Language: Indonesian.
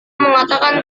mengatakan